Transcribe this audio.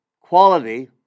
quality